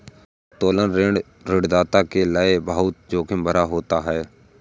उत्तोलन ऋण ऋणदाता के लये बहुत जोखिम भरा होता है